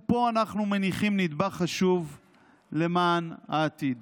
ופה אנחנו מניחים נדבך חשוב למען העתיד.